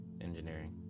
engineering